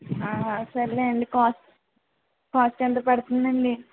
సర్లే అండి cost cost ఎంత పడుతందండి